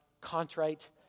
contrite